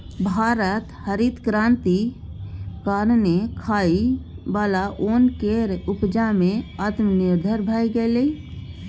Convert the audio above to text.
भारत हरित क्रांति कारणेँ खाइ बला ओन केर उपजा मे आत्मनिर्भर भए गेलै